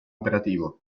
operativo